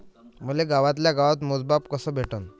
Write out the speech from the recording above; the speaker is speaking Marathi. मले गावातल्या गावात मोजमाप कस भेटन?